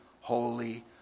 holy